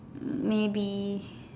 maybe